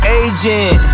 agent